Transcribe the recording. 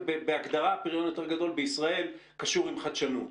ובהגדרה פריון יותר גדול בישראל קשור לחדשנות.